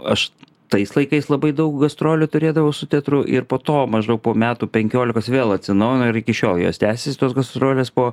aš tais laikais labai daug gastrolių turėdavau su teatru ir po to maždaug po metų penkiolikos vėl atsinaujino ir iki šiol jos tęsias tos gastrolės po